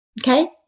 Okay